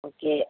okay